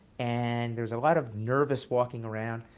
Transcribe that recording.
and there's a lot of nervous walking around,